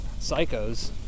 psychos